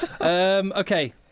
Okay